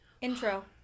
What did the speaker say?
Intro